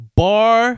bar-